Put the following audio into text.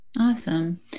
Awesome